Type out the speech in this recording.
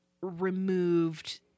Removed